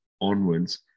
onwards